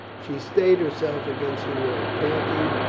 she stayed herself against the wall, panting,